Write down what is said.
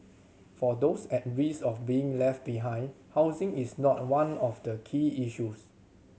for those at risk of being left behind housing is not one of the key issues